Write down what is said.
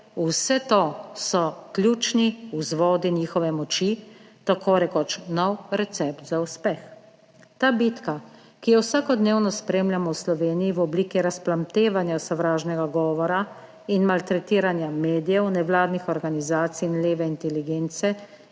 vse to so ključni vzvodi njihove moči, tako rekoč nov recept za uspeh. Ta bitka, ki jo vsakodnevno spremljamo v Sloveniji v obliki razplamtevanja sovražnega govora in maltretiranja medijev, nevladnih organizacij in leve inteligence